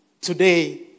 today